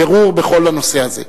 בירור בכל הנושא הזה.